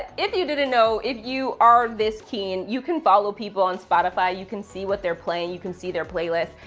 if you didn't know, if you are this keen, you can follow people on spotify. you can see what they're playing, you can see their playlist,